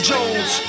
Jones